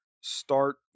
start